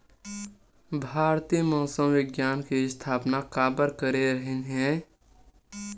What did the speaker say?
भारती मौसम विज्ञान के स्थापना काबर करे रहीन है?